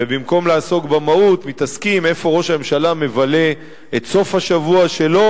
ובמקום לעסוק במהות מתעסקים איפה ראש הממשלה מבלה את סוף השבוע שלו,